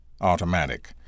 automatic